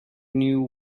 knew